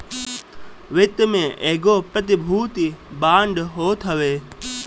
वित्त में एगो प्रतिभूति बांड होत हवे